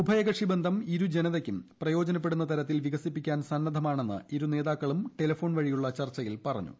ഉഭയകക്ഷിബന്ധം ഇരുജനതയ്ക്കും പ്രയോജനപ്പെടുന്ന തരത്തിൽ വികസിപ്പിക്കാൻ സന്നദ്ധമാണെന്ന് ഇരു സ്മേതാക്കളും ടെലിഫോൺ വഴിയുള്ള ചർച്ചയിൽ പറഞ്ഞു